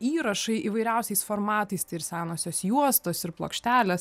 įrašai įvairiausiais formatais ir senosios juostos ir plokštelės